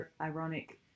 ironic